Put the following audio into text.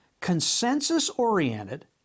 consensus-oriented